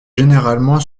généralement